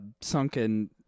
sunken